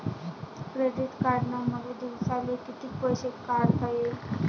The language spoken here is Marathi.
डेबिट कार्डनं मले दिवसाले कितीक पैसे काढता येईन?